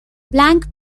blank